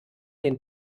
den